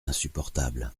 insupportable